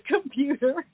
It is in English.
computer